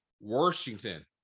Washington